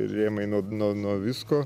rėmai nuo nuo nuo visko